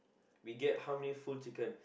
we get how many full chicken